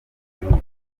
gihugu